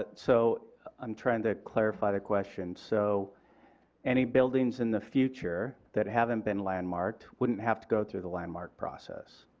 but and trying to clarify the question. so any buildings in the future that haven't been landmarked wouldn't have to go through the landmark process.